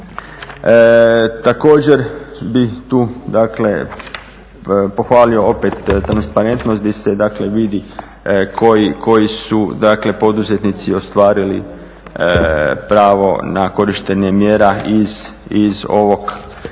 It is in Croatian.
Također bih tu, dakle pohvalio opet transparentnost gdje se dakle vidi koji su, dakle poduzetnici ostvarili pravo na korištenje mjera iz ovog